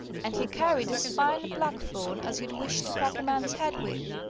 and he carried as fine a blackthorn as you'd wish to crack a man's head with.